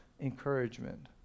encouragement